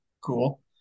cool